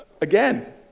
Again